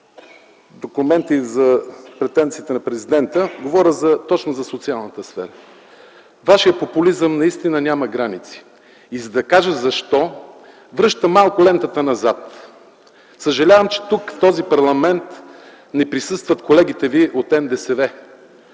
документите за претенциите на президента – говоря точно за социалната сфера. Вашият популизъм наистина няма граници и за да кажа защо, връщам малко лентата назад. Съжалявам, че в този парламент не присъстват колегите ви от НДСВ,